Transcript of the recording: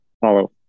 follow